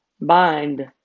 bind